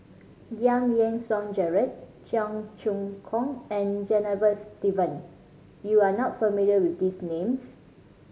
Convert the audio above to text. Giam Yean Song Gerald Cheong Choong Kong and Janadas Devan you are not familiar with these names